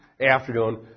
afternoon